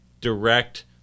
direct